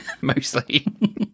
Mostly